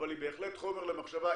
אבל היא בהחלט חומר למחשבה,